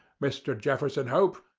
mr. jefferson hope,